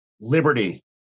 liberty